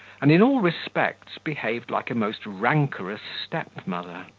and in all respects behaved like a most rancorous step-mother.